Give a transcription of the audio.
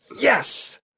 yes